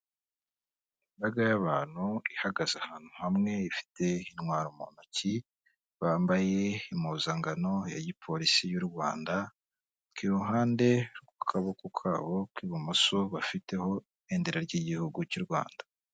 Imbaga y'abantu ihagaze ahantu hamwe ifite intwaro mu ntoki bambaye impuzangano ya gipolisi y'u Rwanda, ku ruhande rw'akaboko kabo k'ibumoso bafiteho ibendera ry'igihugu cy'u Rwanda.